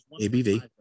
ABV